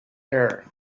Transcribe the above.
air